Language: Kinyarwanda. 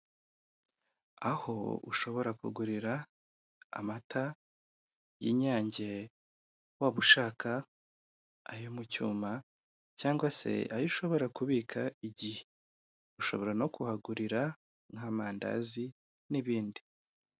Aho ushobora kugurira amata y'inyange, waba ushaka ayo mu cyuma cyangwa se ayo ushobora kubika igihe, ushobora no kuhagurira amandazi n'ibindi.